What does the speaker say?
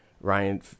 Ryan